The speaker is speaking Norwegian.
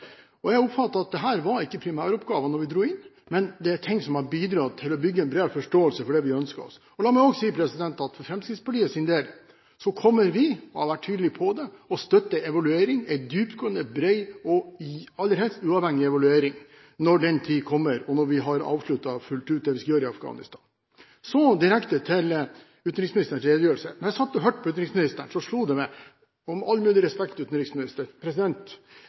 institusjonsbygging. Jeg oppfatter at dette ikke var primæroppgaver da vi dro inn, men det er ting som har bidratt til å bygge en bredere forståelse for det vi har ønsket oss. La meg også si at for Fremskrittspartiets del, kommer vi – og vi har vært tydelig på det – til å støtte en evaluering, en dyptgående, bred og aller helst uavhengig evaluering, når den tid kommer, og når vi har avsluttet fullt ut det vi skal gjøre i Afghanistan. Så direkte til utenriksministerens redegjørelse: Da jeg satt og hørte på utenriksministeren, slo det meg – med all mulig respekt,